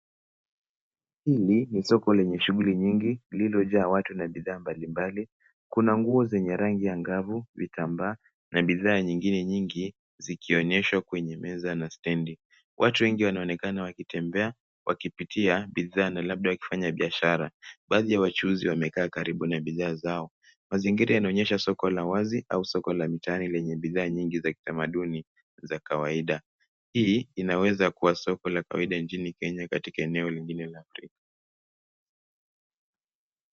Hili ni soko lenye shughuli nyingi lililojaa watu na bidhaa mbalimbali. Kuna nguo zenye rangi angavu, vitambaa na bidhaa nyingine nyingi zikionyeshwa kwenye meza na stendi. Watu wengi wanaonekana wakitembea wakipitia bidhaa na labda wakifanya biashara. Baadhi ya wachuuzi wamekaa karibu na bidhaa zao. Mazingira yanaonyesha soko la wazi au soko la mtaa lenye bidhaa nyingi za kitamaduni za kawaida. Hii inaweza kuwa soko la kawaida nchini Kenya katika eneo lingine la kituo.